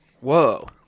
Whoa